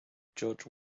george